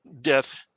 death